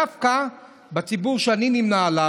דווקא עם הציבור שאני נמנה עליו,